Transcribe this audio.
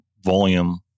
volume